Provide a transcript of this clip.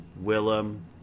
Willem